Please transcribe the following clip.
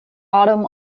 autumn